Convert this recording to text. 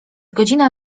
godzina